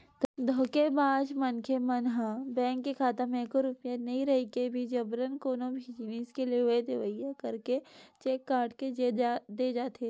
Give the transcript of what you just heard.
धोखेबाज मनखे मन ह बेंक के खाता म एको रूपिया नइ रहिके भी जबरन कोनो भी जिनिस के लेवई देवई करके चेक काट के दे जाथे